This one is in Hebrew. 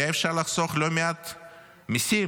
היה אפשר לחסוך לא מעט מיסים.